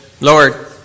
Lord